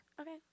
Okay